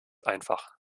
einfach